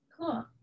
Cool